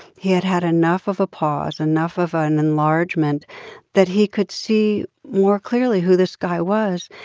he had had enough of a pause, enough of an enlargement that he could see more clearly who this guy was,